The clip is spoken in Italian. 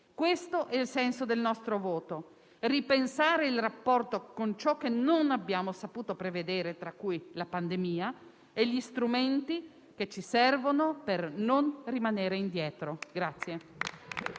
Questo è il senso del nostro voto: ripensare il rapporto con ciò che non abbiamo saputo prevedere, tra cui la pandemia, e gli strumenti che ci servono per non rimanere indietro.